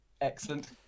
Excellent